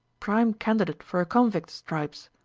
prime candidate for a convict's stripes!